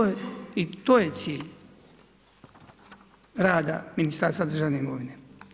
I to je cilj rada Ministarstva državne imovine.